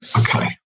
Okay